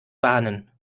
bahnen